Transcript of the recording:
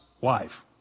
wife